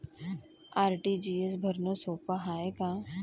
RTGS भरनं सोप हाय का?